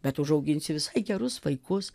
bet užauginsi visai gerus vaikus